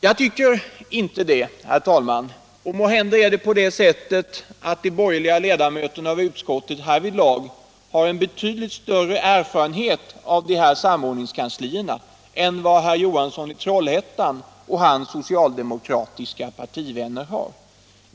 Jag tycker inte det, herr talman, och måhända har de borgerliga ledamöterna i utskottet en större erfarenhet av samordningskanslierna än herr Johansson och hans partivänner har.